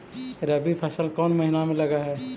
रबी फसल कोन महिना में लग है?